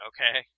Okay